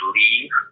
leave